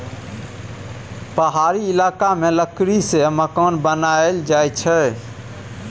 पहाड़ी इलाका मे लकड़ी सँ मकान बनाएल जाई छै